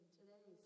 today